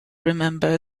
remember